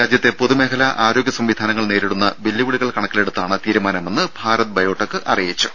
രാജ്യത്തെ പൊതുമേഖല ആരോഗ്യ സംവിധാനങ്ങൾ നേരിടുന്ന വെല്ലുവിളികൾ കണക്കിലെടുത്താണ് നടപടിയെന്ന് ഭാരത് ബയോടെക് അറിയിച്ചു